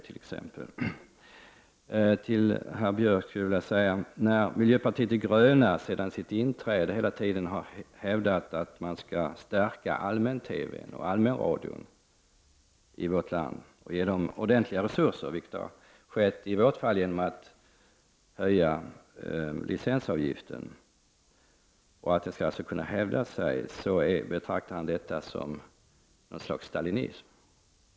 Till herr Björck vill jag säga att miljöpartiet de gröna sedan sitt inträde i riksdagen hela tiden har framhållit att allmän-TV och allmän-radio i vårt land, för att kunna hävda sig, bör stärkas och få ordentliga resurser. Vi har föreslagit att detta skall ske genom en höjning av licensavgiften. Anders Björck betraktar detta som något slags stalinism.